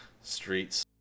streets